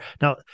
Now